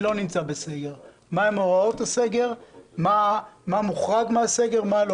לא נמצא בסגר ומהן הוראות הסגר ומה מוחרג ממנו.